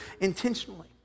intentionally